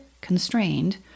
constrained